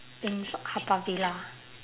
in haw par villa